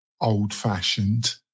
old-fashioned